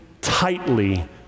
tightly